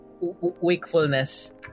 wakefulness